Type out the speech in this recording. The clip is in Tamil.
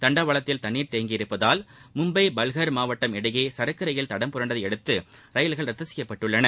தண்டவாளத்தில் தண்ணீர் தேங்கியுள்ளதால் மும்பை பல்கர் மாவட்டம் இடையே சரக்கு ரயில் தடம் புரண்டதையடுத்து ரயில்கள் ரத்து செய்யப்பட்டுள்ளன